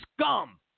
scum